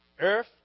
earth